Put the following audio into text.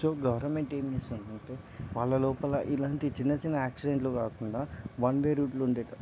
so government ఏం చేస్తుందంటే వాళ్ళ లోపల ఇలాంటి చిన్న చిన్న యాక్సిడెంట్లు కాకుండా వన్వే రూట్లు ఉండే